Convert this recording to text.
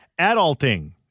Adulting